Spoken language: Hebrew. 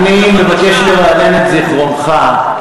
אני מבקש לרענן את זיכרונך.